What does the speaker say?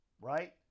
right